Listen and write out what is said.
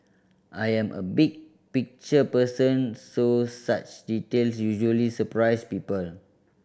I am a big picture person so such detail usually surprise people